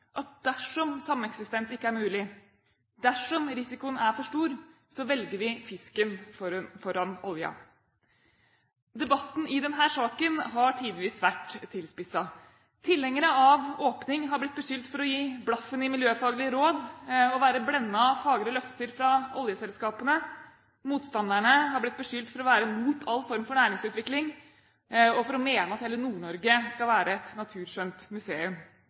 at dersom sameksistens ikke er mulig, dersom risikoen er for stor, velger vi fisken foran oljen. Debatten i denne saken har tidvis vært tilspisset. Tilhengere av åpning har blitt beskyldt for å gi blaffen i miljøfaglige råd, å være blendet av fagre løfter fra oljeselskapene, mens motstanderne har blitt beskyldt for å være mot all form for næringsutvikling og for å mene at hele Nord-Norge skal være et naturskjønt museum.